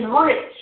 Rich